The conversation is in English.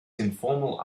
informal